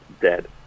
Dead